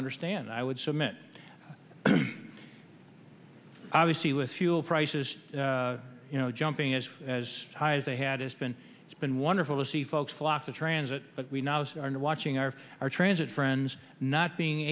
understand i would submit obviously with fuel prices you know jumping is as high as they had it's been it's been wonderful to see folks flock to transit but we now started watching our our transit friends not being